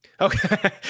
Okay